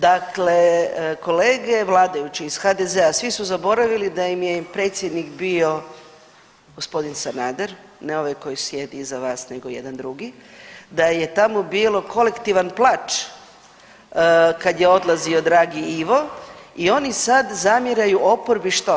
Dakle, kolege vladajući iz HDZ-a, svi zaboravili da im je predsjednik bio gospodin Sanader, ne ovaj koji sjedi iz vas nego jedan drugi, da je tamo bilo kolektivan plač kad je odlazio dragi Ivo i oni sad zamjeraju oporbi što?